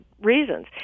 reasons